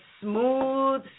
smooth